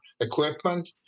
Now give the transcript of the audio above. equipment